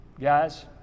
Guys